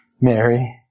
Mary